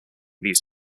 these